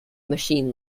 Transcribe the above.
machine